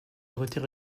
retire